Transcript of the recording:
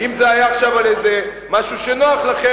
ושל חלק מהארגונים כן מביאה לתוצאות האלו,